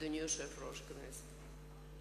אדוני יושב-ראש הכנסת,